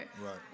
right